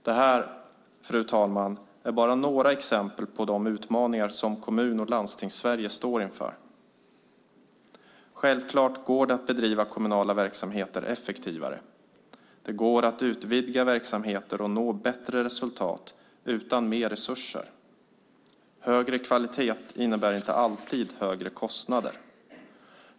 Det här, fru talman, är bara några exempel på de utmaningar som Kommun och landstingssverige står inför. Självklart går det att bedriva kommunala verksamheter effektivare. Det går att utvidga verksamheter och nå bättre resultat utan mer resurser. Högre kvalitet innebär inte alltid högre kostnader.